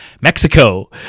mexico